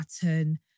button